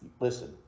Listen